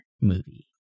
movie